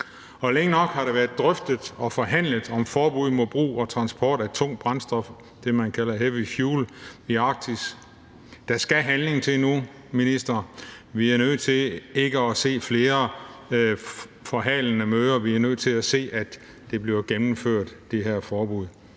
Længe nok har der været drøftet og forhandlet om forbud mod brug og transport af tungt brændstof – det, man kalder heavy fuel oil – i Arktis. Der skal handling til nu, minister, vi skal ikke se flere forhalende møder. Vi er nødt til at se, at det her forbud bliver gennemført. Det er længe